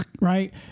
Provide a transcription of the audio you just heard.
right